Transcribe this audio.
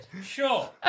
Sure